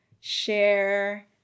share